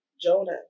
Jonah